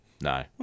No